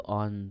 on